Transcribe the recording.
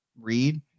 read